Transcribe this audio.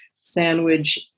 sandwich